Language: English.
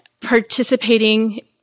participating